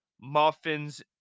muffins